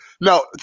No